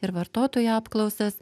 ir vartotojų apklausas